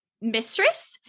mistress